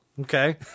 Okay